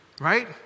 Right